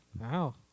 Wow